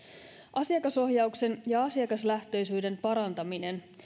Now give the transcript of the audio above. asiakasohjauksen ja asiakaslähtöisyyden parantaminen